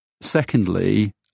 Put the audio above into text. Secondly